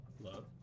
Love